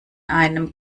einem